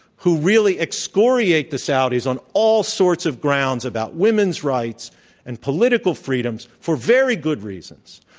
who really excoriate the saudis on all sorts of grounds about women's rights and political freedoms for very good reasons.